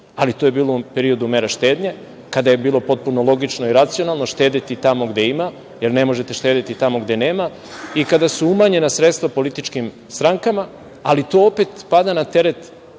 ali to je bilo u periodu mera štednje, kada je bilo potpuno logično i racionalno, štedeti tamo gde ima, jer ne možete štedeti tamo gde nema i kada su umanjena sredstva političkim strankama, ali to opet pada na teret